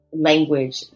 language